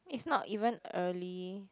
it's not even early